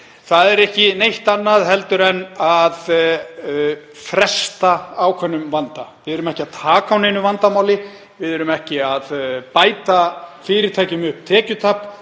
máli er ekki neitt annað en að fresta ákveðnum vanda. Við erum ekki að taka á neinu vandamáli. Við erum ekki að bæta fyrirtækjum upp tekjutap,